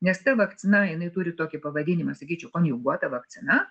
nes ta vakcina jinai turi tokį pavadinimą sakyčiau konjuguota vakcina